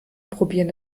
probieren